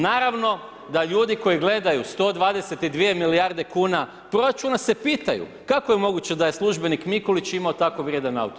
Naravno da ljudi koji gledaju 122 milijarde kuna proračuna se pitaju kako je moguće da je službenik Mikulić imao tako vrijedan auto.